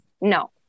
no